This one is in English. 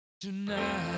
Tonight